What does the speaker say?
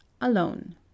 alone